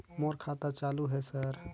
मोर खाता चालु हे सर?